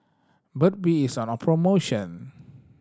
Burt Bee is on promotion